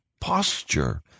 posture